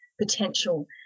potential